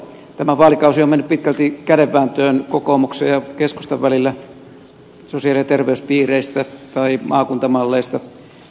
tämä vaalikausi on mennyt pitkälti kädenvääntöön kokoomuksen ja keskustan välillä sosiaali ja terveyspiireistä tai maakuntamalleista